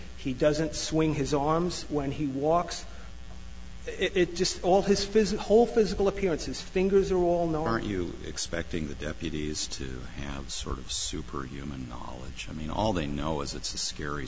he doesn't swing his arms when he walks it just all his physic whole physical appearance his fingers are all now aren't you expecting the deputies to sort of super human knowledge i mean all they know is it's a scary